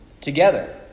together